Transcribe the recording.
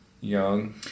young